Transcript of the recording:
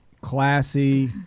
classy